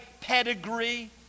pedigree